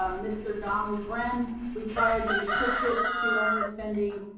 ah mr. donald bren required to restrict it to only spending